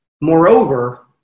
Moreover